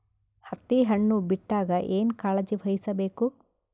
ಹತ್ತಿ ಹಣ್ಣು ಬಿಟ್ಟಾಗ ಏನ ಕಾಳಜಿ ವಹಿಸ ಬೇಕು?